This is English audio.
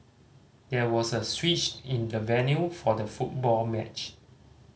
there was a switch in the venue for the football matched